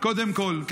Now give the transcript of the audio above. קודם כול.